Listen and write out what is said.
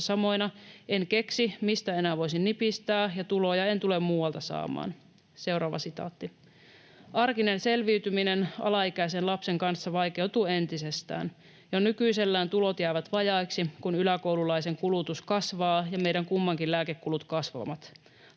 samoina — en keksi, mistä enää voisin nipistää, ja tuloja en tule muualta saamaan.” ”Arkinen selviytyminen alaikäisen lapsen kanssa vaikeutuu entisestään. Jo nykyisellään tulot jäävät vajaiksi, kun yläkoululaisen kulutus kasvaa ja meidän kummankin lääkekulut kasvavat.